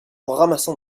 ramassant